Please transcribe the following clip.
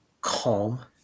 calm